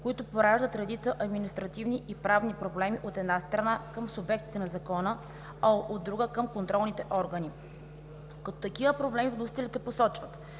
които пораждат редица административни и правни проблеми, от една страна, към субектите на Закона, а от друга, към контролните органи. Като такива проблеми вносителите посочват: